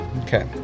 Okay